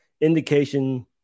indication